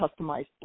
customized